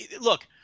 Look –